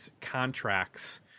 contracts